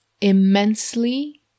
immensely